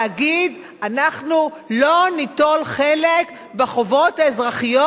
להגיד: אנחנו לא ניטול חלק בחובות האזרחיות,